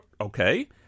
Okay